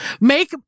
Make